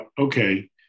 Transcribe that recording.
okay